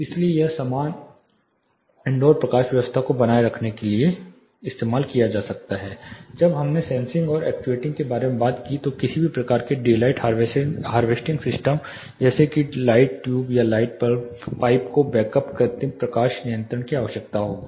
इसलिए एक समान इनडोर प्रकाश व्यवस्था को बनाए रखने के लिए जब हमने सेंसिंग और एक्टुवेटिंग के बारे में बात की तो किसी भी प्रकार के डेलाइट हार्वेस्टिंग सिस्टम जैसे कि लाइट ट्यूब या लाइट पाइप को बैक अप कृत्रिम प्रकाश नियंत्रण की आवश्यकता होगी